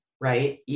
right